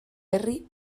berri